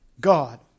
God